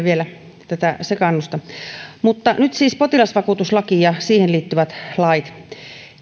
vielä tätä sekaannusta nyt siis potilasvakuutuslaki ja siihen liittyvät lait